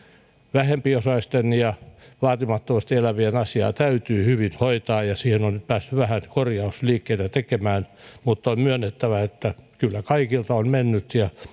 vähempiosaisten ja vaatimattomasti elävien asiaa täytyy hyvin hoitaa ja siihen on nyt päästy vähän korjausliikkeitä tekemään mutta on myönnettävä että kyllä kaikilta on mennyt ja